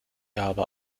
aber